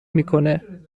میکنه